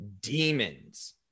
demons